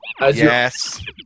yes